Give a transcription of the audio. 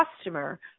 customer